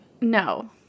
No